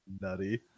nutty